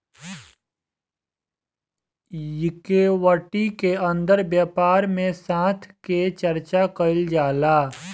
equity के अंदर व्यापार में साथ के चर्चा कईल जाला